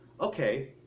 okay